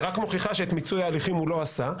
רק מוכיחה שאת מיצוי ההליכים הוא לא עשה.